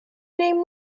name